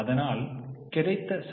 அதனால் கிடைத்த சதவீதம் 0